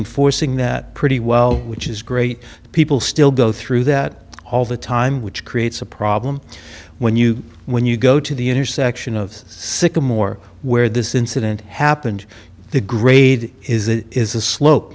enforcing that pretty well which is great that people still go through that all the time which creates a problem when you when you go to the intersection of sycamore where this incident happened the grade is it is a slo